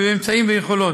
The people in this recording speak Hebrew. עם אמצעים ויכולות.